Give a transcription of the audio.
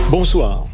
Bonsoir